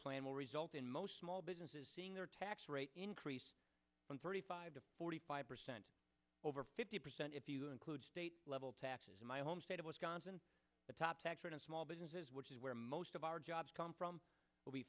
plan will result in most small businesses seeing their tax rate increase from thirty five to forty five percent over fifty percent if you include state level taxes in my home state of wisconsin the top tax rate of small businesses which is where most of our jobs come from will be